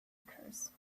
curse